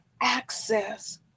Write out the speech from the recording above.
access